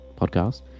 podcast